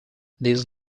this